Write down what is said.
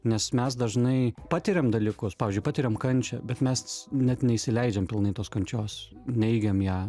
nes mes dažnai patiriam dalykus pavyzdžiui patiriam kančią bet mes net neįsileidžiam pilnai tos kančios neigiam ją